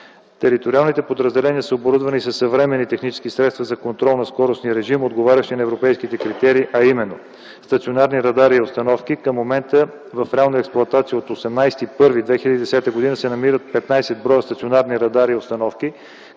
Териториалните подразделения са оборудвани със съвременни технически средства за контрол на скоростния режим, отговарящи на европейските критерии, а именно: стационарни радари и установки. Към момента в реална експлоатация от 18.01.2010 г. се намират 15 броя стационарни радари и установки,